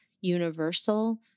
universal